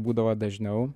būdavo dažniau